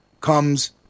comes